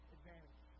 Advantage